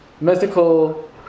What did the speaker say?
mythical